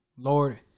Lord